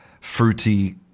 fruity